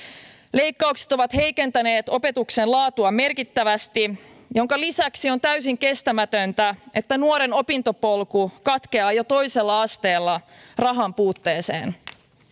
leikkaukset ovat heikentäneet opetuksen laatua merkittävästi minkä lisäksi on täysin kestämätöntä että nuoren opintopolku katkeaa jo toisella asteella rahanpuutteeseen